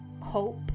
cope